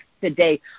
today